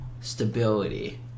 stability